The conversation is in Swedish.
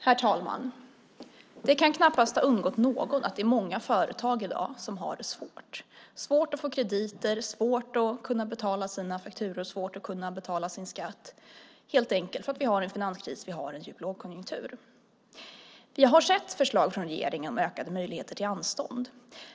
Herr talman! Det kan knappast ha undgått någon att det är många företag i dag som har det svårt. Det är svårt att få krediter, och det är svårt att betala fakturor och skatt - helt enkelt för att vi har en finanskris och en djup lågkonjunktur. Vi har sett förslag från regeringen om ökade möjligheter till anstånd.